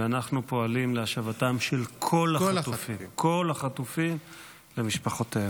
אנחנו פועלים להשבתם של כל החטופים למשפחותיהם.